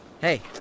Hey